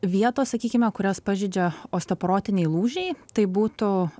vietos sakykime kurias pažeidžia osteoporoziniai lūžiai tai būtų